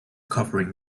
covering